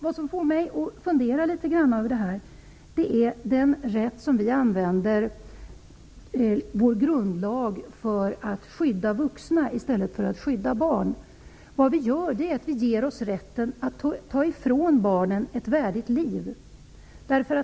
Vad som får mig att fundera litet grand över detta är att vi använder vår grundlag för att skydda vuxna i stället för att skydda barn. Vad vi gör är att vi ger oss rätten att ta ifrån barnen ett värdigt liv.